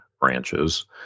branches